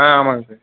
ஆ ஆமாங்க சார்